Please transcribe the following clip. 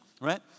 right